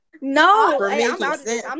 No